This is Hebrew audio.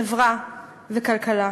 חברה וכלכלה,